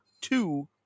two